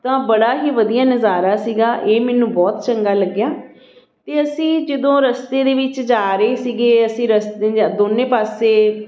ਤਾਂ ਬੜਾ ਹੀ ਵਧੀਆ ਨਜ਼ਾਰਾ ਸੀਗਾ ਇਹ ਮੈਨੂੰ ਬਹੁਤ ਚੰਗਾ ਲੱਗਿਆ ਅਤੇ ਅਸੀਂ ਜਦੋਂ ਰਸਤੇ ਦੇ ਵਿੱਚ ਜਾ ਰਹੇ ਸੀਗੇ ਅਸੀਂ ਰਸਤੇ ਦੇ ਦੋਨੇਂ ਪਾਸੇ